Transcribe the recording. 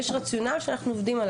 יש רציונל שעליו אנחנו עובדים.